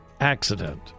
Accident